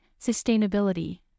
sustainability